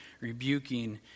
rebuking